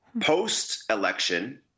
Post-election